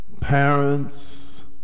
Parents